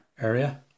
area